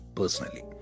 personally